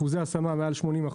אחוזי ההשמה מעל 80%,